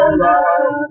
love